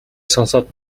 сонсоод